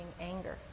anger